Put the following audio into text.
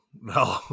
no